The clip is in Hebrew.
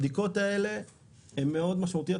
הבדיקות האלה הן מאוד משמעותיות,